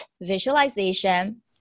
visualization